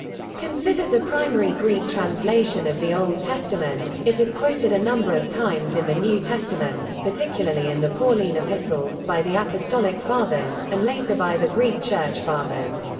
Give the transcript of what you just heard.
considered the primary greek translation of the old testament, it is quoted a number of times in the new testament, particularly in the pauline epistles, by the apostolic fathers, and later by the greek church fathers.